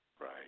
Right